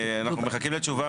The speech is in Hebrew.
אנחנו מחכים לתשובה